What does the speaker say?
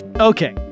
Okay